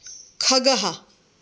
खगः